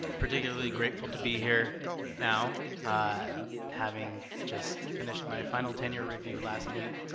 particularly grateful to be here now having just finished my final tenure review last week